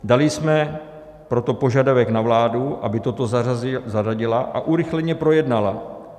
Dali jsme proto požadavek na vládu, aby toto zařadila a urychleně projednala.